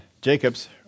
Jacobs